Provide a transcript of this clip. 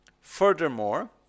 Furthermore